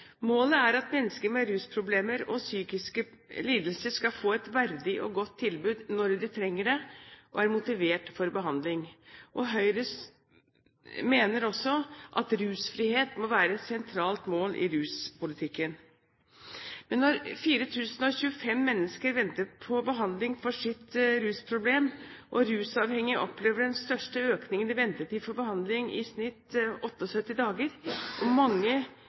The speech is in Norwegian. Målet er at mennesker med rusproblemer og psykiske lidelser skal få et verdig og godt tilbud når de trenger det og er motivert for behandling. Høyre mener også at rusfrihet må være et sentralt mål i ruspolitikken. Men når 4 300 mennesker venter på behandling for sitt rusproblem og rusavhengige opplever den største økningen i ventetid for behandling – i snitt 78 dager, mange